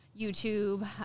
YouTube